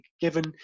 given